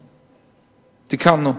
תיקנו.